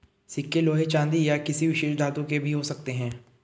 सिक्के लोहे चांदी या किसी विशेष धातु के भी हो सकते हैं